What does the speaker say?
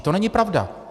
To není pravda.